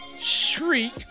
shriek